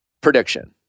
Prediction